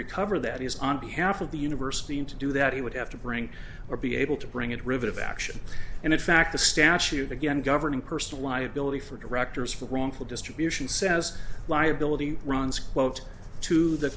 recover that is on behalf of the university and to do that he would have to bring or be able to bring it rivet of action and in fact the statute again governing personal liability for directors for wrongful distribution says liability runs quote to the